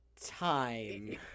time